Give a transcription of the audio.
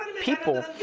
people